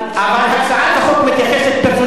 הוא, אבל הצעת החוק מתייחסת פרסונלית, לאיש.